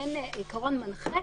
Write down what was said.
מעין עיקרון מנחה,